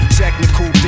technical